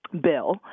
bill